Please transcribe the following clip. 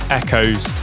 echoes